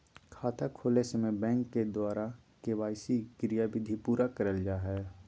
खाता खोलय समय बैंक द्वारा के.वाई.सी क्रियाविधि पूरा कइल जा हइ